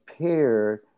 paired